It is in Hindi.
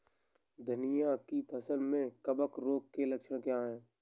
धनिया की फसल में कवक रोग के लक्षण क्या है?